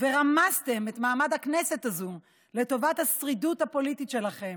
ורמסתם את מעמד הכנסת הזו לטובת השרידות הפוליטית שלכם.